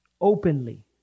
openly